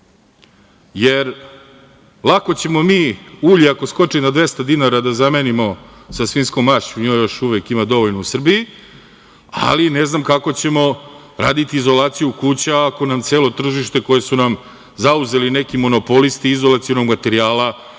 Lako ćemo mi ulje, ako skoči na 200 dinara, da zamenimo sa svinjskom mašću, nje još uvek ima dovoljno u Srbiji, ali ne znam kako ćemo raditi izolaciju kuća ako nam celo tržište, koje su nam zauzeli neki monopolisti izolacionog materijala,